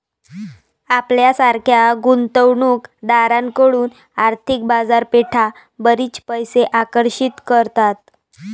आपल्यासारख्या गुंतवणूक दारांकडून आर्थिक बाजारपेठा बरीच पैसे आकर्षित करतात